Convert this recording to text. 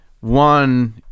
one